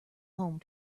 home